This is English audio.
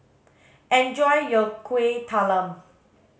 enjoy your kueh talam